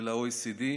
זה ל-OECD,